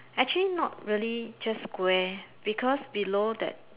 actually not really just square because below that